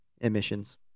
emissions